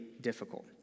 difficult